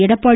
Edappadi